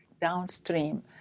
downstream